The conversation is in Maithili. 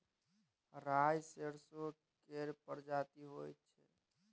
राई सरसो केर परजाती होई छै